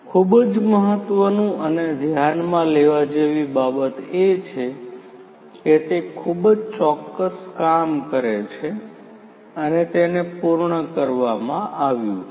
ખૂબ જ મહત્વનું અને ધ્યાન માં લેવા જેવી બાબત એ છે કે તે ખૂબ જ ચોક્કસ કામ છે અને તેને પૂર્ણ કરવામાં આવ્યું છે